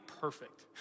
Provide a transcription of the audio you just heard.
perfect